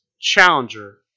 challenger